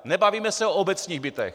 Nebavíme se o obecních bytech.